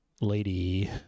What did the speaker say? lady